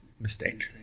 mistake